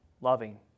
loving